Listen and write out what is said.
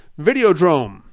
Videodrome